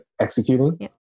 executing